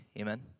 amen